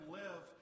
live